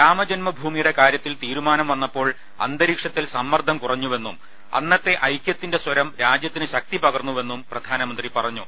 രാമജന്മഭൂമിയുടെ കാര്യത്തിൽ തീരുമാനം വന്നപ്പോൾ അന്തരീക്ഷത്തിൽ സമ്മർദ്ദം കുറഞ്ഞുവെന്നും അന്നത്തെ ഐക്യത്തിന്റെ സ്വരം രാജ്യത്തിന് ശക്തി പകർന്നുവെന്നും പ്രധാനമന്ത്രി പറഞ്ഞു